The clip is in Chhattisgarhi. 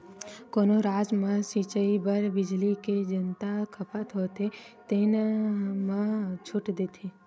कोनो राज म सिचई बर बिजली के जतना खपत होथे तेन म छूट देथे